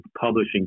publishing